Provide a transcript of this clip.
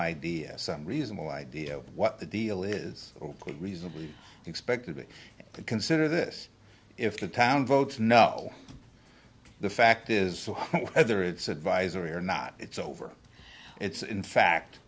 idea some reasonable idea of what the deal is or could reasonably expected it to consider this if the town votes no the fact is whether it's advisory or not it's over it's in fact